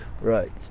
Right